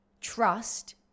trust